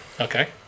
Okay